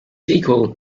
equal